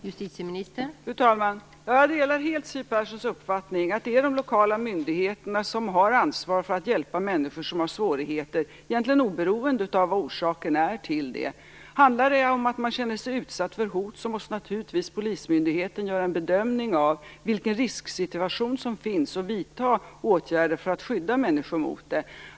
Fru talman! Jag delar helt Siw Perssons uppfattning att det är de lokala myndigheterna som har ansvar för att hjälpa människor som har svårigheter, egentligen oberoende av vad orsaken är. Handlar det om att man känner sig utsatt för hot måste naturligtvis polismyndigheten göra en bedömning av vilken risksituation som finns och vidta åtgärder för att skydda människor.